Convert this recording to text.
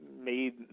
made